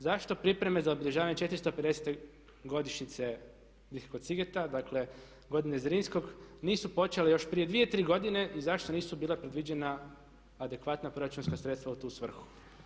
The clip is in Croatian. Zašto pripreme za obilježavanje 450.-te godišnjice Bitke kod Sigeta, dakle godine Zrinskog nisu počele još prije 2, 3 godine i zašto nisu bila predviđena adekvatna proračunska sredstva u tu svrhu.